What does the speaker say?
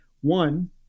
one